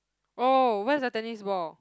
oh where's the tennis ball